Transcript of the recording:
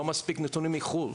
לא מספיק נתונים מחו"ל.